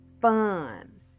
fun